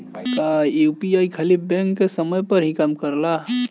क्या यू.पी.आई खाली बैंक के समय पर ही काम करेला?